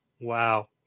Wow